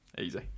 easy